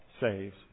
saves